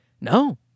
no